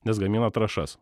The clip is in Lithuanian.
nes gamina trąšas